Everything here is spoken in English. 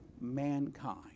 mankind